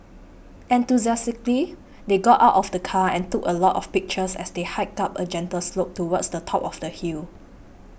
enthusiastically they got out of the car and took a lot of pictures as they hiked up a gentle slope towards the top of the hill